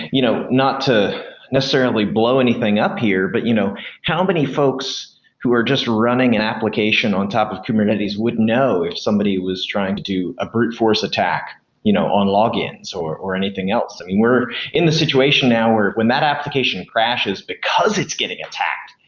you know not to necessarily blow anything up here, but you know how many folks who are just running an application on top of kubernetes would know if somebody was trying to do a brute force attack you know on logins or or anything else. and we're in the situation now where when that application crashes, because it's getting attacked.